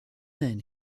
then